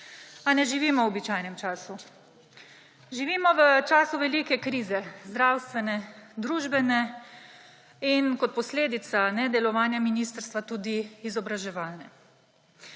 A ne živimo v običajnem času. Živimo v času velike krize, zdravstvene, družbene in kot posledica nedelovanja ministrstva tudi izobraževalne.